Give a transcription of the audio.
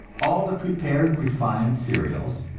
all the prepared and refined cereals,